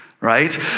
right